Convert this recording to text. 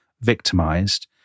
victimized